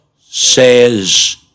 Says